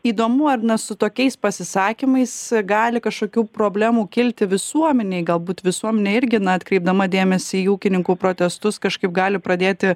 įdomu ar su tokiais pasisakymais gali kažkokių problemų kilti visuomenėj galbūt visuomenė irgi atkreipdama dėmesį į ūkininkų protestus kažkaip gali pradėti